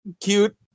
Cute